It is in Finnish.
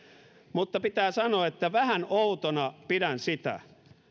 mutta pitää sanoa että vähän outona pidän sitä